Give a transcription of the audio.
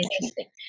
interesting